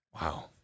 Wow